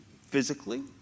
physically